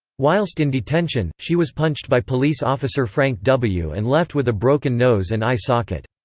whilst in detention, she was punched by police officer frank w. and left with a broken nose and eye socket.